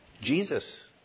Jesus